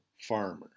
farmer